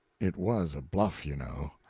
it was a bluff you know.